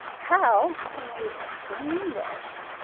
how can we explain this?